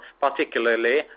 particularly